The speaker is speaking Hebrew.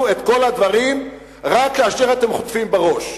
את כל הדברים רק כאשר אתם חוטפים בראש.